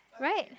right